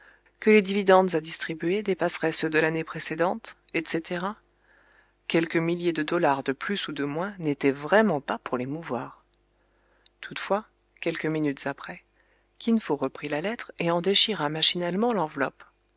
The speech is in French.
que les dividendes à distribuer dépasseraient ceux de l'année précédente etc quelques milliers de dollars de plus ou de moins n'étaient vraiment pas pour l'émouvoir toutefois quelques minutes après kin fo reprit la lettre et en déchira machinalement l'enveloppe